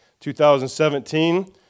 2017